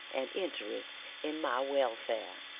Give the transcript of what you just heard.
and interest in my welfare.